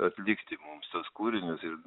atlikti mums tuos kūrinius ir